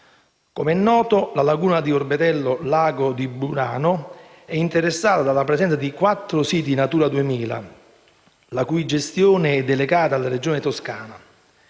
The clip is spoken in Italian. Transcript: Come è noto, la laguna di Orbetello-Lago di Burano è interessata dalla presenza di quattro siti Natura 2000, la cui gestione è delegata alla Regione Toscana.